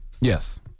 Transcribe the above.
Yes